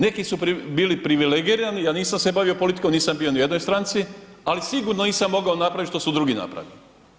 Neki su bili privilegirani a nisam se bavio politikom, nisam bio ni u jednoj stranci ali sigurno nisam mogao napraviti što su drugi napravili.